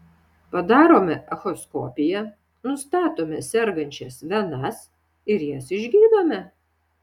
padarome echoskopiją nustatome sergančias venas ir jas išgydome